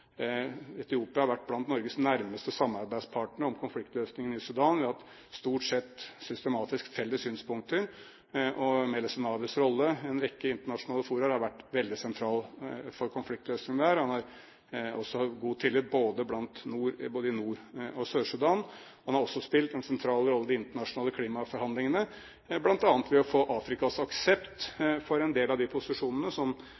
Etiopia har vært en av Norges nærmeste samarbeidspartnere i forbindelse med konfliktløsningen i Sudan. Vi har stort sett felles synspunkter, og Meles Zenawis rolle i en rekke internasjonale fora har vært veldig sentral i konfliktløsninger. Han har stor tillit både i Nord-Sudan og i Sør-Sudan. Han har også spilt en sentral rolle i de internasjonale klimaforhandlingene, bl.a. ved å få Afrikas aksept for en del av de posisjonene som